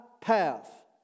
path